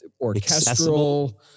orchestral